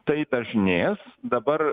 tai dažnės dabar